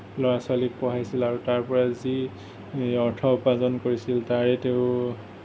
ল'ৰা ছোৱালীক পঢ়াইছিল আৰু তাৰ পৰা যি অৰ্থ উপাৰ্জন কৰিছিল তাৰে তেওঁ